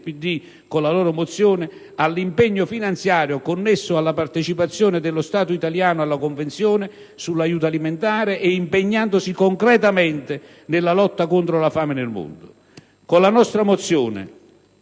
PD con la loro mozione - all'impegno finanziario connesso alla partecipazione dello Stato italiano alla Convenzione sull'aiuto alimentare e impegnandosi concretamente nella lotta contro la fame nel mondo. Con la nostra mozione